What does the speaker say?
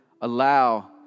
allow